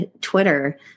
Twitter